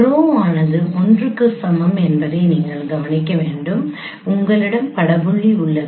rho ஆனது 1 க்கு சமம் என்பதை நீங்கள் கவனிக்க வேண்டும் உங்களிடம் பட புள்ளி உள்ளது